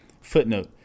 Footnote